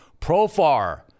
Profar